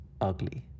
ugly